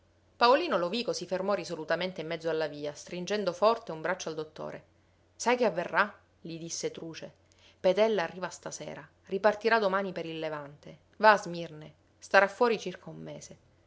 paolino lovico si fermò risolutamente in mezzo alla via stringendo forte un braccio al dottore sai che avverrà gli disse truce petella arriva stasera ripartirà domani per il levante va a smirne starà fuori circa un mese